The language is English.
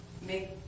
make